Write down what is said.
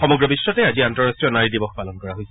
সমগ্ৰ বিশ্বতে আজি আন্তঃৰাষ্টীয় নাৰী দিৱস পালন কৰা হৈছে